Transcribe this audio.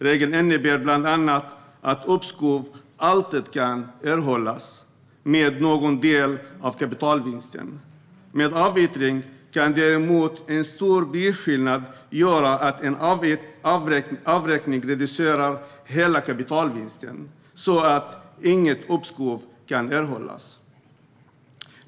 Regeln innebär bland annat att uppskov alltid kan erhållas med någon del av kapitalvinsten. Med avräkning kan däremot en stor prisskillnad göra att en avräkning reducerar hela kapitalvinsten så att inget uppskov kan erhållas.